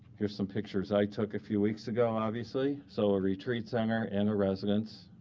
here are some pictures i took a few weeks ago, obviously so a retreat center and a residence.